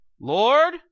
Lord